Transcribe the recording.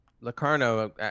Locarno